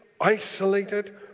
isolated